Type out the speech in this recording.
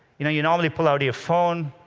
you know, you normally pull out your phone,